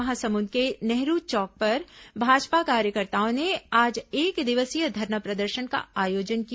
महासमुंद के नेहरू चौक पर भाजपा कार्यकर्ताओं ने आज एकदिवसीय धरना प्रदर्शन का आयोजन किया